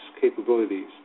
capabilities